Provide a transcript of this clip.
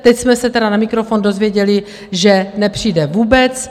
Teď jsme se tedy na mikrofon dozvěděli, že nepřijde vůbec.